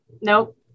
Nope